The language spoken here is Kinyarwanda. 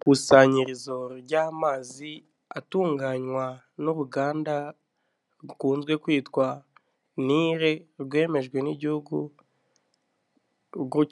Ikusanyirizo ry'amazi atunganywa n'uruganda rukunzwe kwitwa NIL rwemejwe n'igihugu